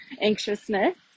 anxiousness